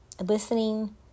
listening